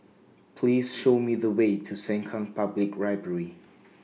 Please Show Me The Way to Sengkang Public Library